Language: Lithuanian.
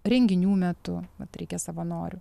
renginių metu vat reikia savanorių